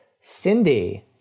Cindy